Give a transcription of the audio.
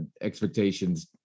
expectations